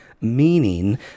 meaning